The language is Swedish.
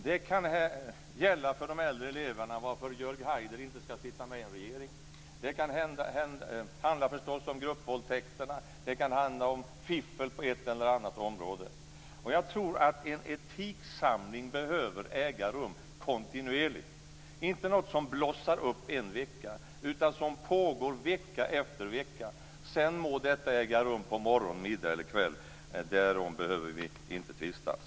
Det kan gälla för de äldre eleverna varför Jörg Haider inte ska sitta med i en regering. Det kan handla om gruppvåldtäkter och fiffel på ett eller annat område. Jag tror att en etiksamling behöver äga rum kontinuerligt, inte något som blossar upp en vecka utan som pågår vecka efter vecka. Sedan må detta äga rum morgon, middag eller kväll - därom behöver vi inte tvista.